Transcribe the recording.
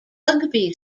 rugby